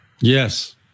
Yes